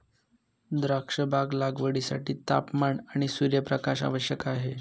द्राक्षबाग लागवडीसाठी तापमान आणि सूर्यप्रकाश आवश्यक आहे